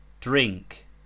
Drink